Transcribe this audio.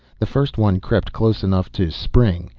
the first one crept close enough to spring,